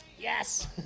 Yes